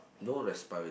no expire